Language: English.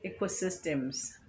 ecosystems